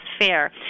FAIR